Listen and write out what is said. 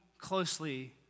closely